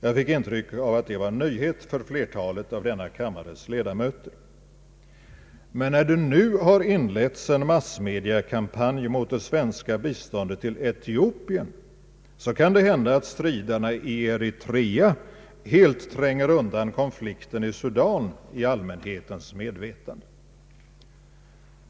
Jag fick intrycket att det var en nyhet för flertalet av denna kammares ledamöter. Men när det nu har inletts en massmediakampanj mot det svenska biståndet till Etiopien kan det hända att striderna i Eritrea helt tränger undan konflikten i Sudan ur allmänhetens medvetande.